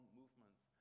movements